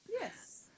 Yes